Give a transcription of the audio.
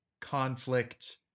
conflict